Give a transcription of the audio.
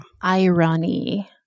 irony